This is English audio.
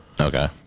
Okay